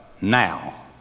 now